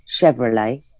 Chevrolet